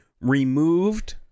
removed